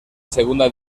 segunda